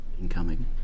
Incoming